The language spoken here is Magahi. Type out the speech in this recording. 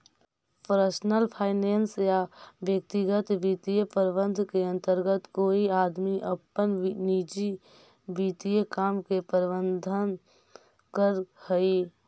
पर्सनल फाइनेंस या व्यक्तिगत वित्तीय प्रबंधन के अंतर्गत कोई आदमी अपन निजी वित्तीय काम के प्रबंधन करऽ हई